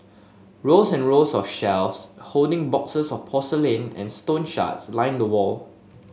rows and rows of shelves holding boxes of porcelain and stone shards line the wall